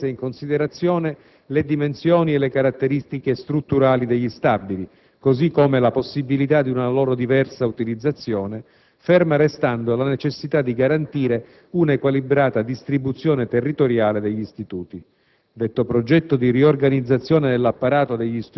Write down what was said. Nella scelta delle scuole da dismettere vengono prese in considerazione le dimensioni e le caratteristiche strutturali degli stabili, così come la possibilità di una loro diversa utilizzazione, ferma restando la necessità di garantire una equilibrata distribuzione territoriale degli istituti.